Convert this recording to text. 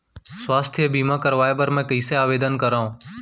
स्वास्थ्य बीमा करवाय बर मैं कइसे आवेदन करव?